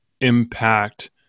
impact